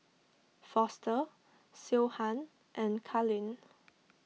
Foster Siobhan and Karlene